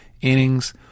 innings